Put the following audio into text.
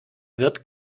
wird